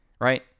right